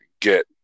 get